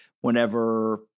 whenever